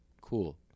cool